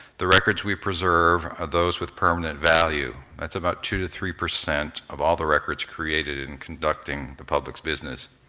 the records we preserve are those with permanent value, that's about two the three percent of all the records created in conducting the public's business.